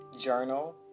journal